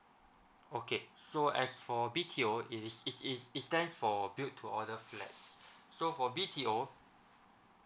okay so as for B_T_O is is is it stands for build to order flats so for B_T_O